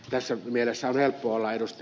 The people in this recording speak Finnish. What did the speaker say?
tässä mielessä on helppo olla ed